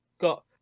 got